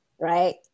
Right